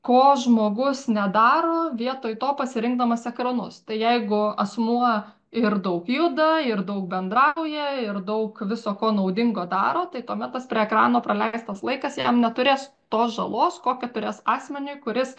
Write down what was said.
ko žmogus nedaro vietoj to pasirinkdamas ekranus tai jeigu asmuo ir daug juda ir daug bendrauja ir daug viso ko naudingo daro tai tuomet tas prie ekrano praleistas laikas jam neturės tos žalos kokią turės asmeniui kuris